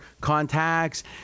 contacts